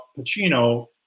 pacino